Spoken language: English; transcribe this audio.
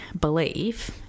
believe